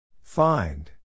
Find